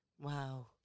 Wow